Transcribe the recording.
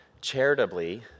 Charitably